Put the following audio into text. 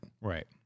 Right